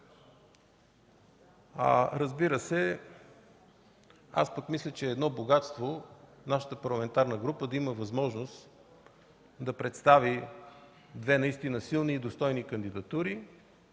Разбира се, мисля, че е едно богатство нашата парламентарна група да има възможност да представи две наистина силни и достойни кандидатури,